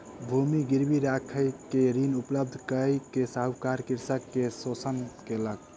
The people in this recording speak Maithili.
भूमि गिरवी राइख के ऋण उपलब्ध कय के साहूकार कृषक के शोषण केलक